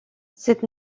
cette